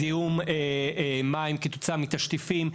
זיהום מים כתוצאה מתשטיפים,